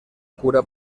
cura